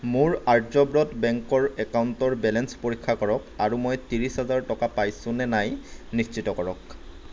মোৰ আৰ্যব্ৰত বেংকৰ একাউণ্টৰ বেলেঞ্চ পৰীক্ষা কৰক আৰু মই ত্ৰিছ হাজাৰ টকা পাইছো নে নাই নিশ্চিত কৰক